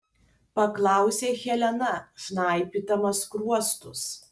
paklausė helena žnaibydama skruostus